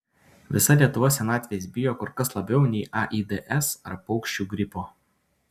visa lietuva senatvės bijo kur kas labiau nei aids ar paukščių gripo